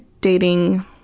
dating